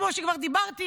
כמו שכבר אמרתי,